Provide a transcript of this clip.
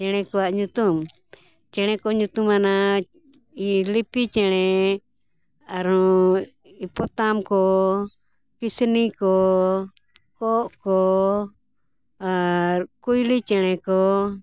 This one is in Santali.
ᱪᱮᱬᱮ ᱠᱚᱣᱟᱜ ᱧᱩᱛᱩᱢ ᱪᱮᱬᱮ ᱠᱚ ᱧᱩᱛᱩᱢᱟᱱᱟ ᱞᱤᱯᱤ ᱪᱮᱬᱮ ᱟᱨᱚ ᱯᱚᱛᱟᱢ ᱠᱚ ᱠᱤᱥᱱᱤ ᱠᱚ ᱠᱚᱸᱜ ᱠᱚ ᱟᱨ ᱠᱩᱭᱞᱤ ᱪᱮᱬᱮ ᱠᱚ